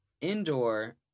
indoor